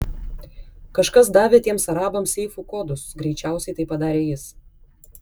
kažkas davė tiems arabams seifų kodus greičiausiai tai padarė jis